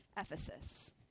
Ephesus